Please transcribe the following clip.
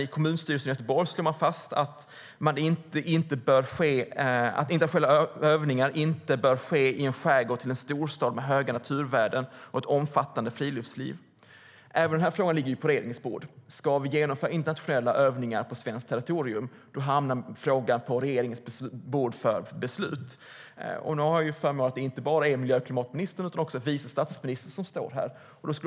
I kommunstyrelsen slog man fast att internationella övningar inte bör ske i en skärgård nära en storstad med höga naturvärden och ett omfattande friluftsliv. Även denna fråga ligger på regeringens bord. Om vi ska genomföra internationella övningar på svenskt territorium hamnar frågan på regeringens bord för beslut. Nu är det inte bara miljö och klimatministern utan också vice statsministern som står mitt emot mig.